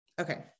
okay